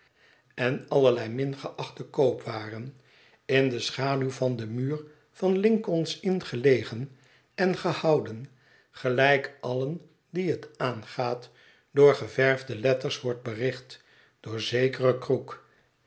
en allerlei mingeachte koopwaren in de schaduw van den muur van lincoln s inn gelegen en gehouden gelijk allen die het aangaat door geverfde letters wprdt bericht door zekeren krook